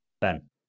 Ben